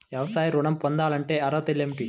వ్యవసాయ ఋణం పొందాలంటే అర్హతలు ఏమిటి?